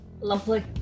Lovely